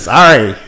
Sorry